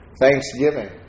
thanksgiving